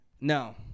No